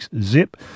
Zip